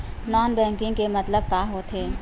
Non banking के मतलब का होथे?